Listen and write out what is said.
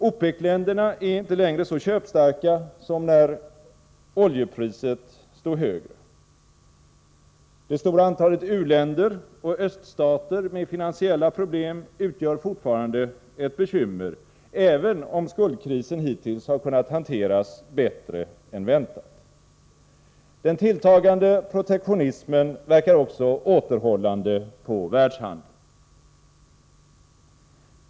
OPEC-länderna är inte längre så köpstarka som när oljepriset stod högre. Det stora antalet u-länder och öststater med finansiella problem utgör fortfarande ett bekymmer, även om skuldkrisen hittills har kunnat hanteras bättre än väntat. Den tilltagande protektionismen verkar också återhållande på världshandeln.